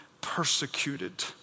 persecuted